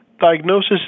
diagnosis